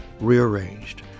rearranged